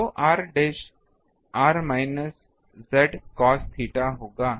तो r dash r minus z cos theta होगा